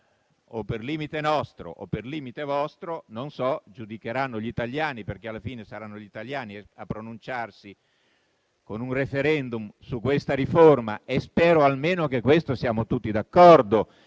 un limite nostro o un limite vostro. Non so, giudicheranno gli italiani, perché alla fine saranno loro a pronunciarsi con un *referendum* su questa riforma. Spero almeno che siamo tutti d'accordo